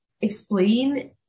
explain